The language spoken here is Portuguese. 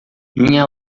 minha